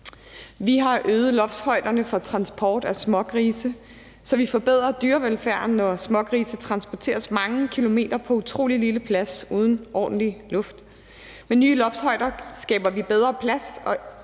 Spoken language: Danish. Vi har øget loftshøjderne i forbindelse med transport af smågrise, så vi forbedrer dyrevelfærden, når smågrise transporteres mange kilometer på utrolig lille plads uden ordentlig luft. Med nye loftshøjder skaber vi bedre plads